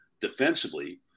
defensively